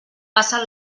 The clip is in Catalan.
passen